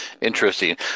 Interesting